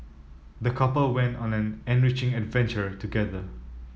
the couple went on an enriching adventure together